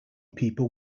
people